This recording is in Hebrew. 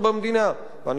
על מה אנחנו מדברים?